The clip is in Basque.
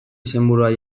izenburua